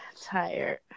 Tired